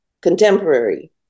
contemporary